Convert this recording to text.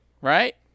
right